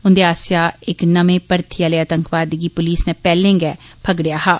ओंदे आसेआ इक नमें मर्थी आले आतंकवादी गी पुलस नै पैहले गै फगड़ेआ हा